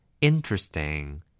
interesting